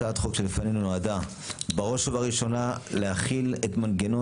הצעת החוק שלפנינו נועדה בראש ובראשונה להחיל את מנגנון